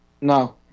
No